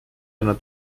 einer